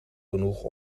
genoeg